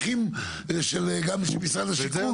כן חשוב לי לומר שיש חשיבות מאוד מאוד גדולה לנציגות של משרד החקלאות.